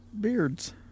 beards